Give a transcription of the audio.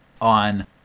on